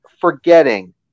forgetting